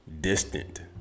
distant